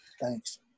Thanks